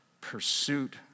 pursuit